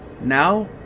Now